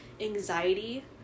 anxiety